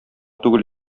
түгел